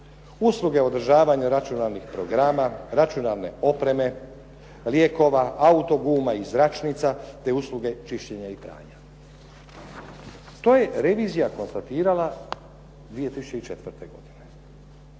usluge održavanja računalnih programa, računalne opreme, lijekova, auto guma i zračnica te usluge čišćenja i pranja. To je revizija konstatirala 2004. godine.